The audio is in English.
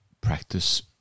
practice